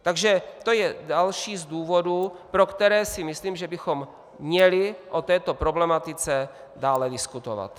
Takže to je další z důvodů, pro které si myslím, že bychom měli o této problematice dále diskutovat.